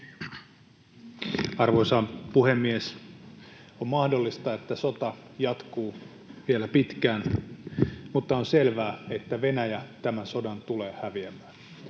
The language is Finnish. Arvoisa puhemies! On mahdollista, että sota jatkuu vielä pitkään, mutta on selvää, että Venäjä tämän sodan tulee häviämään.